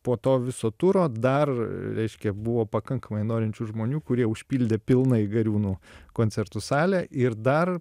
po to viso turo dar reiškia buvo pakankamai norinčių žmonių kurie užpildė pilnai gariūnų koncertų salę ir dar